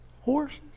horses